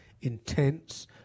intense